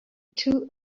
too